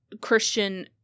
Christian